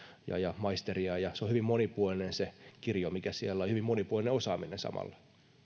ja ja maisteria se kirjo on hyvin monipuolinen mikä siellä on ja hyvin monipuolinen osaaminen samalla